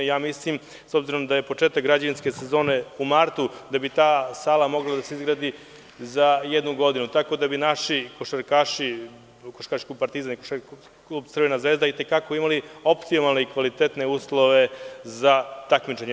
Mislim, s obzirom da je početak građevinske sezone u martu, da bi ta sala mogla da se izgradi za jednu godinu, tako da bi naši košarkaši, Košarkaški klub „Partizan“ i Košarkaški klub „Crvena zvezda“, i te kako imali optimalne i kvalitetne uslove za takmičenje.